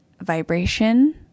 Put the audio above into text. vibration